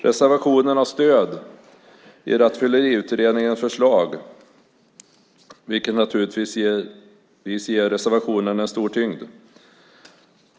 Reservationen har stöd i Rattfylleriutredningens förslag, vilket naturligtvis ger reservationen en stor tyngd.